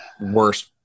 worst